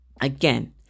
Again